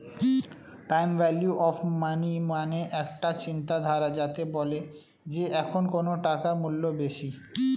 time value of money মানে একটা চিন্তাধারা যাতে বলে যে এখন কোন টাকার মূল্য বেশি